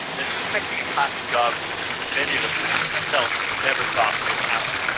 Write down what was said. and it's affecting a class of jobs that many of us, including myself, never thought would happen.